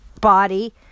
body